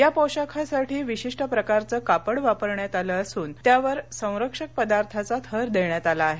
या पोशाखासाठी विशिष्ट प्रकारच कापड वापरण्यात आलं असून त्यावर संरक्षक पदार्थाचा थर देण्यात आला आहे